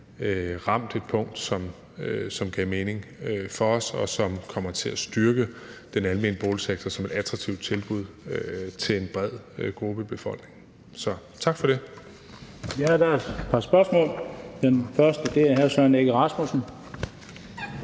ramt et punkt, som gav mening for os, og som kommer til at styrke den almene boligsektor som et attraktivt tilbud til en bred gruppe i befolkningen. Så tak for det. Kl. 16:04 Den fg. formand (Bent Bøgsted): Der er et par spørgsmål.